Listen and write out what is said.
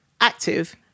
active